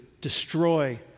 destroy